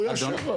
הוא יאשר לך.